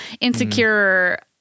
insecure